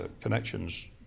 connections